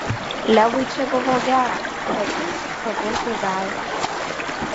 levui čia buvo gera bet jis papurtė galvą